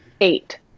eight